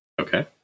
okay